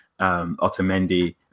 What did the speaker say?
otamendi